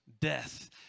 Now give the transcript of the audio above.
death